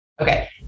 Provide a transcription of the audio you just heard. Okay